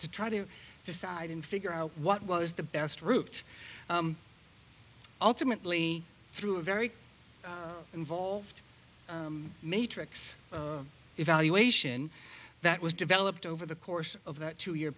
to try to decide and figure out what was the best route ultimately through a very involved matrix evaluation that was developed over the course of that two year